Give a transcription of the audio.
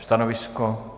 Stanovisko?